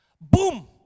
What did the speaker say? Boom